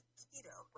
keto